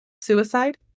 Suicide